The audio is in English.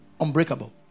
unbreakable